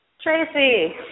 Tracy